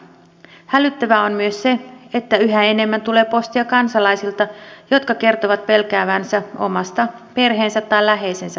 hälyttävää on myös se että yhä enemmän tulee postia kansalaisilta jotka kertovat pelkäävänsä omasta perheensä tai läheisensä puolesta